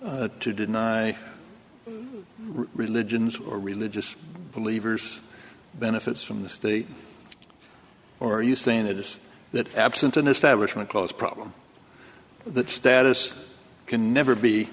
to deny religions or religious believers benefits from this the or are you saying it is that absent an establishment clause problem that status can never be